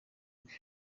bwe